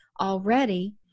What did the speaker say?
already